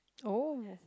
oh